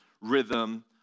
rhythm